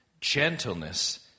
gentleness